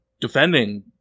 defending